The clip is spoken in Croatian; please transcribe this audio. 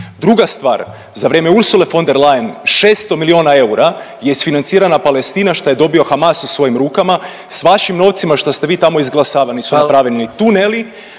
Druga stvar. Za vrijeme Ursule von der Leyen 600 milijuna eura je isfinancirana Palestina što je dobio HAMAS u svojim rukama, sa vašim novcima šta ste vi tamo izglasavali su napravljeni tuneli